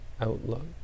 outlook